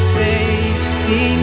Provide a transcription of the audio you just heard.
safety